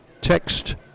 text